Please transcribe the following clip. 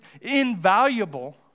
invaluable